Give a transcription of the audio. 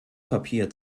papier